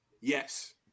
yes